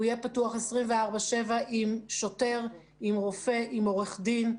הוא יהיה פתוח 24/7 עם שוטר עם רופא, עם עורך דין,